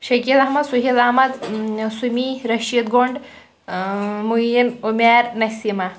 شکیٖل احمد سُہیل احمد سُمی رٔشیٖد گنٛڈ ٲں معین عُمیر نسیٖمہ